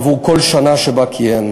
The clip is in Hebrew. עבור כל שנה שבה כיהן.